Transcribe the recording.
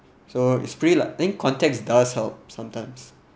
so is pretty lucky I think contacts does help sometimes